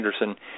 Anderson